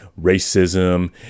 racism